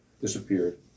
disappeared